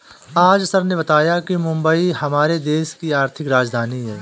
आज सर ने बताया कि मुंबई हमारे देश की आर्थिक राजधानी है